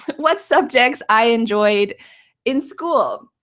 what subjects i enjoyed in school.